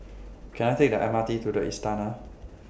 Can I Take The M R T to The Istana